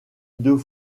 deux